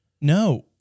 No